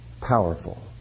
powerful